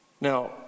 now